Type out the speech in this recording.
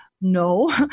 No